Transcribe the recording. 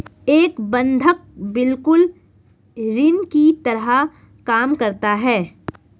एक बंधक बिल्कुल ऋण की तरह काम करता है